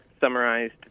summarized